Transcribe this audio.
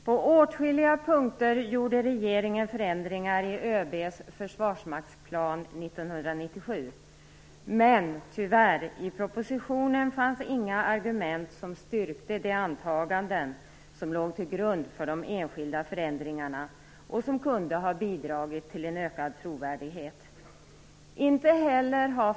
På åtskilliga punkter gjorde regeringen förändringar i ÖB:s Försvarsmaktsplan 1997, men tyvärr fanns inga argument i propositionen som styrkte de antaganden som låg till grund för de enskilda förändringarna och som kunde ha bidragit till en ökad trovärdighet.